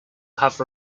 have